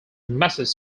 message